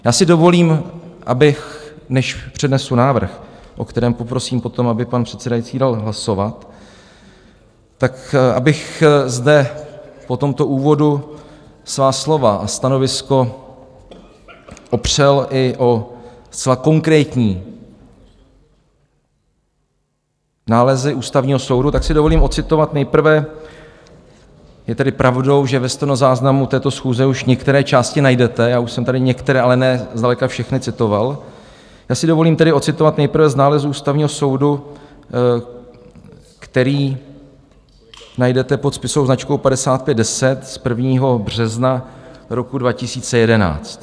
Já si dovolím, než přednesu návrh, o kterém poprosím potom, aby pan předsedající dal hlasovat, tak abych zde po tomto úvodu svá slova a stanovisko opřel i o zcela konkrétní nálezy Ústavního soudu, tak si dovolím ocitovat nejprve je tedy pravdou, že ve stenozáznamu této schůze už některé části najdete, já už jsem tady některé, ale ne zdaleka všechny citoval, já si dovolím tedy ocitovat nejprve z nálezu Ústavního soudu, který najdete pod spisovou značkou 55/10 z 1. března roku 2011.